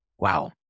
Wow